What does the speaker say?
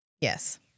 Yes